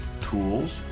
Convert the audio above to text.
tools